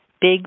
big